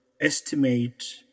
estimate